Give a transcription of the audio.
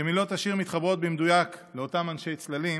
שמילות השיר מתחברות במדויק לאותם אנשי צללים,